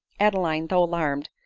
adeline, though alarmed,